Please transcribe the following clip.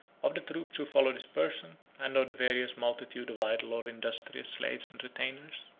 of the troops who followed his person, and of the various multitude of idle or industrious slaves and retainers.